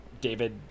David